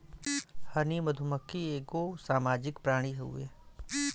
हनी मधुमक्खी एगो सामाजिक प्राणी हउवे